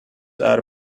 are